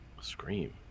scream